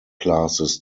classes